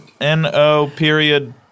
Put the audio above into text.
N-O-period